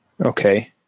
Okay